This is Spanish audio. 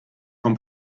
con